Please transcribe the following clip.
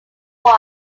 one